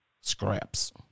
scraps